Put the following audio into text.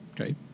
Okay